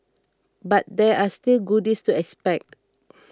but there are still goodies to expect